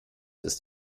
ist